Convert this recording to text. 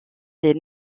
les